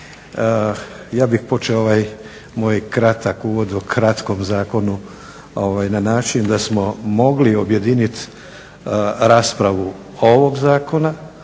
ja bih počeo ovaj moj kratak uvod o kratkom zakonu na način da smo mogli objedinit raspravu ovog zakona,